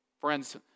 Friends